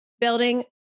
building